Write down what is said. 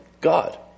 God